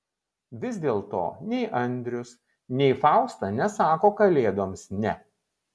vis dėlto nei andrius nei fausta nesako kalėdoms ne